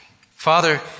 Father